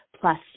plus